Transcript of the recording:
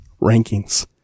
rankings